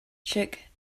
chick